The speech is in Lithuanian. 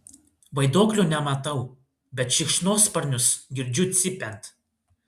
vaiduoklio nematau bet šikšnosparnius girdžiu cypiant